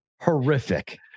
Horrific